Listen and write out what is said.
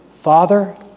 father